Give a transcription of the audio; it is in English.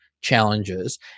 challenges